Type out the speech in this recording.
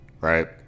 Right